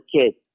kids